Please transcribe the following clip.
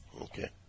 Okay